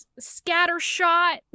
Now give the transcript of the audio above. scattershot